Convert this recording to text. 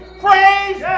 praise